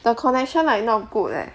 the connection like not good leh